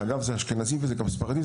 שאגב זה גם אשכנזים וגם ספרדים,